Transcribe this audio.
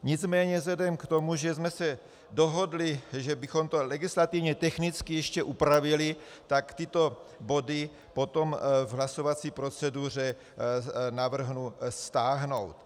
Nicméně vzhledem k tomu, že jsme se dohodli, že bychom to legislativně technicky ještě upravili, tak tyto body potom v hlasovací proceduře navrhnu stáhnout.